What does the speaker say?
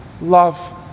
love